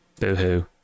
boo-hoo